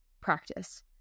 practice